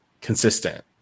consistent